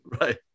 Right